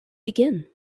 begin